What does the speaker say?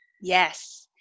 yes